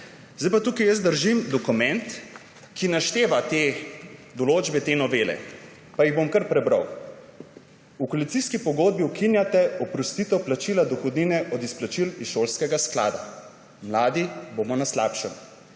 Zdaj pa tukaj jaz držim dokument, ki našteva te določbe te novele. Pa jih bom kar prebral. V koalicijski pogodbi ukinjate oprostitev plačila dohodnine od izplačil iz šolskega sklada. Mladi bomo na slabšem.